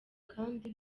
kandi